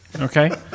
okay